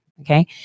okay